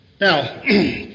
Now